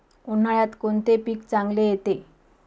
उन्हाळ्यात कोणते पीक चांगले येते?